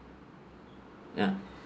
ya